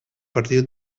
partir